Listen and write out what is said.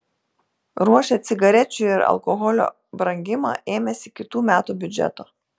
ruošia cigarečių ir alkoholio brangimą ėmėsi kitų metų biudžeto